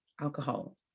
alcohol